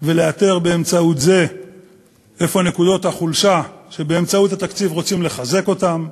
ולאתר באמצעות זה איפה נקודות החולשה שבאמצעות התקציב רוצים לחזק אותן.